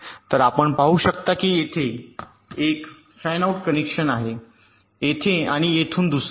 तर आपण पाहू शकता की येथून एक फॅनआउट कनेक्शन आहे येथे आणि येथून दुसरे